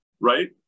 right